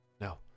No